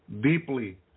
deeply